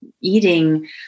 eating